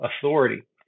authority